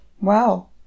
Wow